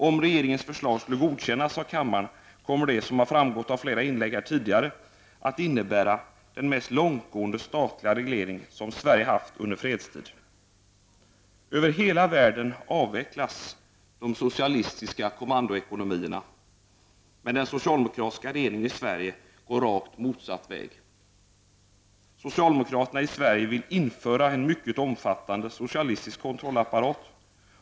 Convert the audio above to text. Om regeringens förslag skulle godkännas av kammaren kommer det, som har framgått av flera tidigare inlägg, att innebära den mest långtgående statliga reglering som Sverige har haft under fredstid. Över hela världen avvecklas de socialistiska kommandoekonomierna. Men den socialdemokratiska regeringen i Sverige går rakt motsatt väg. Socialdemokraterna i Sverige vill införa en mycket omfattande socialistisk kontrollapparat.